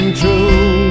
true